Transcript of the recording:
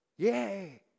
Yay